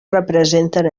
representen